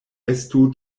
estu